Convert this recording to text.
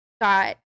got